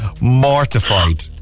mortified